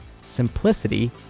simplicity